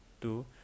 two